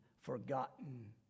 Forgotten